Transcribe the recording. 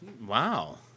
Wow